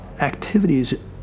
activities